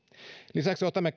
lisäksi otamme